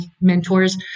mentors